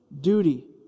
duty